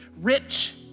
rich